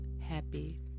happy